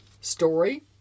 story